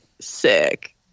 sick